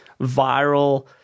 viral